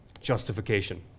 Justification